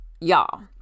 Y'all